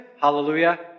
hallelujah